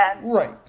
Right